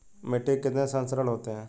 मिट्टी के कितने संस्तर होते हैं?